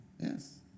Yes